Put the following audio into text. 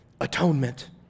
atonement